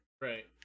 Right